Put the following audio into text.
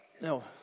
no